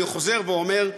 אני חוזר ואומר,